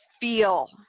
feel